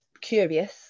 curious